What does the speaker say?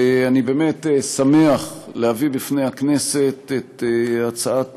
אני באמת שמח להביא לפני הכנסת את הצעת